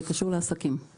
זה קשור לעסקים.